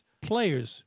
players